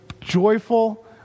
joyful